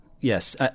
Yes